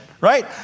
Right